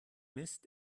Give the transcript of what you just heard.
mist